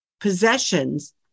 possessions